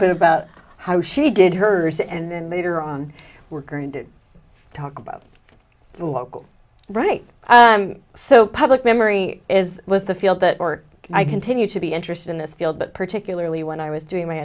bit about how she did hers and then later on we're going to talk about the local right so public memory is was the field that or i continue to be interested in this field but particularly when i was doing my